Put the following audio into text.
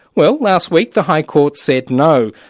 well, last week, the high court said no.